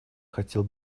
хотел